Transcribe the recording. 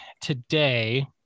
today